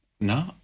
No